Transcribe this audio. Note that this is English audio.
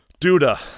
Duda